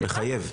זה מחייב.